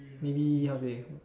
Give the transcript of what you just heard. maybe how to say